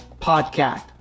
podcast